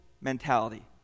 mentality